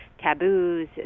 taboos